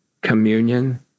communion